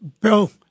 Bill